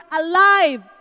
alive